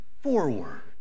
forward